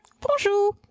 Bonjour